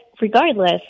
regardless